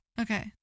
Okay